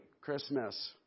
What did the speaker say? Christmas